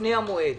לפני המועד